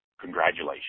congratulations